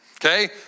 Okay